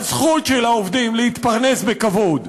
בזכות של העובדים להתפרנס בכבוד.